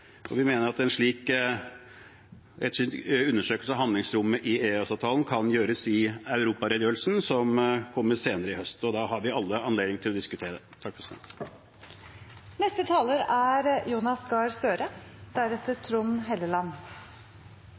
vi mener en slik undersøkelse av handlingsrommet i EØS-avtalen kan gjøres i forbindelse med europaredegjørelsen som kommer senere i høst. Da har vi alle anledning til å diskutere det. Takk